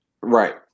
Right